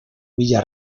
villa